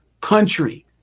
country